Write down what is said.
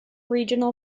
regional